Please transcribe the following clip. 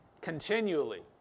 Continually